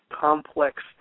complex